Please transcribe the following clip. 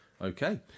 Okay